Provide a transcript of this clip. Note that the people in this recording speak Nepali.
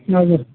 हजुर